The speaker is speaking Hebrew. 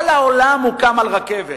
כל העולם הוקם על רכבת,